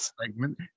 segment